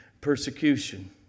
persecution